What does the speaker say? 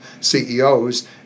CEOs